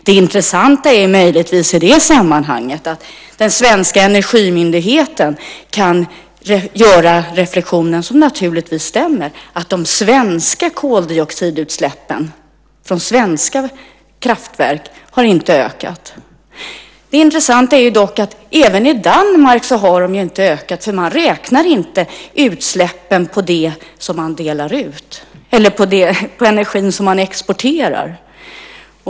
Det intressanta i det sammanhanget är möjligtvis att den svenska Energimyndigheten gör reflexionen, som naturligtvis stämmer, att koldioxidutsläppen från svenska kraftverk inte har ökat. Men de har inte heller ökat i Danmark, eftersom man inte räknar utsläppen på den energi som man exporterar.